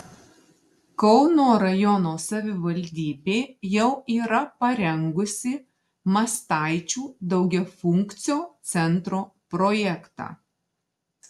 kauno rajono savivaldybė jau yra parengusi mastaičių daugiafunkcio centro projektą